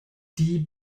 die